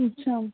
अच्छा